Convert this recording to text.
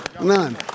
None